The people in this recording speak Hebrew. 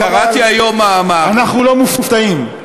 אנחנו לא מופתעים.